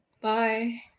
Bye